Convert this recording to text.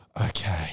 Okay